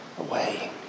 away